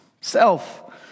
self